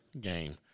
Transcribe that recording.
game